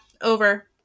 Over